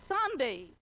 Sunday